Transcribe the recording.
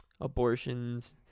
abortions